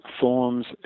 forms